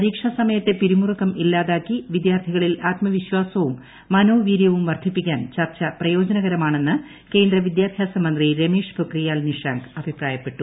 പരീക്ഷാ സമയത്തെ പിരിമുറുക്കം ഇല്ലാതാക്കി വിദ്യാർത്ഥികളിൽ ആത്മവിശ്വാസവും മനോവീര്യവും വർദ്ധിപ്പിക്കാൻ ചർച്ച പ്രയോജനകരമാണെന്ന് കേന്ദ്ര വിദ്യാഭ്യാസ മന്ത്രി രമേഷ് പൊഖ്രിയാൽ നിഷാങ്ക് അഭിപ്രായപ്പെട്ടു